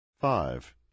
Five